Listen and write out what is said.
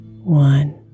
one